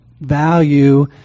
value